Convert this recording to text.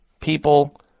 people